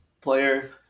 player